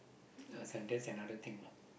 uh so that's another thing lah